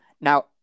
Now